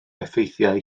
effeithiau